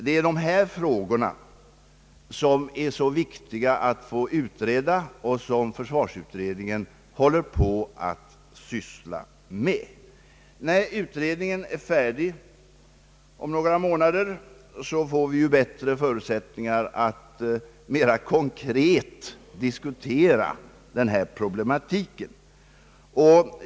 Det är dessa frågor som det är så viktigt att få utredda och som försvarsutredningen sysslar med. När utredningen är färdig om några månader, får vi bättre förutsättningar att mera konkret diskutera denna problematik.